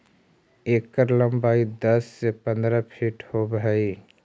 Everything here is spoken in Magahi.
एकर लंबाई दस से पंद्रह फीट होब हई